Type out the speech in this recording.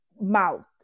mouth